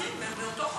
שלושה מקרים באותו חודש.